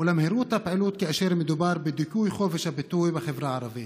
ולמהירות הפעילות כאשר מדובר בדיכוי חופש הביטוי בחברה הערבית.